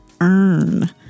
earn